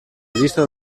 llista